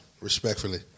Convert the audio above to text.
Respectfully